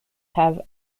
have